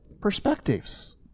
perspectives